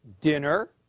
dinner